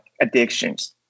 addictions